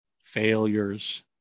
failures